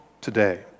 today